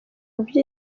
byo